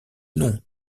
nom